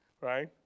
right